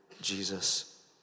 Jesus